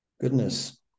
Goodness